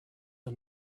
are